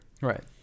Right